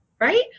right